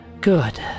good